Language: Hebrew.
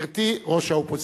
גברתי, ראש האופוזיציה.